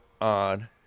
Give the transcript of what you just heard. on